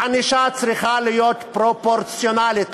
הענישה צריכה להיות פרופורציונלית,